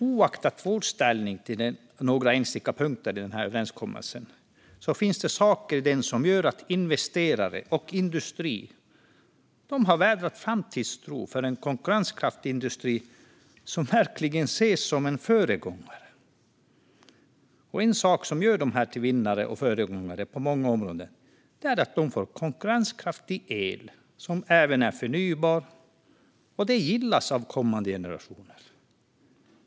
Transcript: Oaktat vår ställning i några enstaka punkter i överenskommelsen finns det saker i den som gör att investerare och industri har vädrat framtidstro för en konkurrenskraftig industri som verkligen ses som en föregångare. En sak som gör dessa till vinnare och föregångare på många områden är att de får konkurrenskraftig el som även är förnybar. Och detta gillas av kommande generationer.